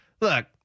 Look